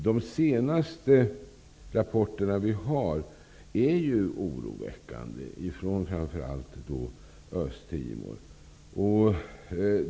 De senaste rapporterna vi har fått från framför allt Östtimor är oroväckande.